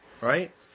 right